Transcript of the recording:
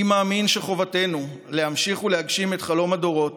אני מאמין שחובתנו להמשיך ולהגשים את חלום הדורות